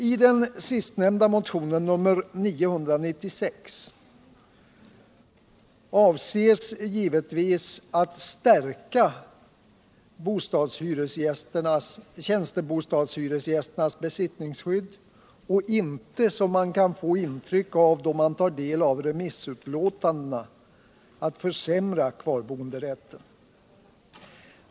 I den sistnämnda motionen, nr 996, avses givetvis att stärka tjänstebostadshyresgästernas besittningsskydd och inte, som man kan få intryck av då man tar del av remissutlåtandena, att försämra kvarboenderätten.